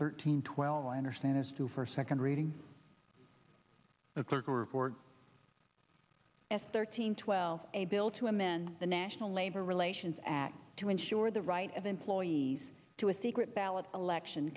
thirteen twelve i understand is two for second reading and circle report as thirteen twelve a bill to amend the national labor relations act to ensure the right of employees to a secret ballot election